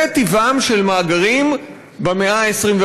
זה טבעם של מאגרים במאה ה-21.